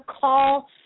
call